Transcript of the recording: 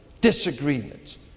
disagreements